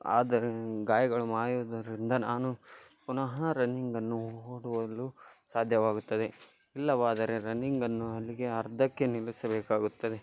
ಆದರೆ ಗಾಯಗಳು ಮಾಯುವುದರಿಂದ ನಾನು ಪುನಃ ರನ್ನಿಂಗನ್ನು ಓಡಲು ಸಾಧ್ಯವಾಗುತ್ತದೆ ಇಲ್ಲವಾದರೆ ರನ್ನಿಂಗನ್ನು ಅಲ್ಲಿಗೆ ಅರ್ಧಕ್ಕೇ ನಿಲ್ಲಿಸಬೇಕಾಗುತ್ತದೆ